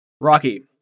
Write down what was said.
Rocky